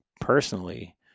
personally